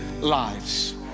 lives